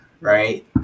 right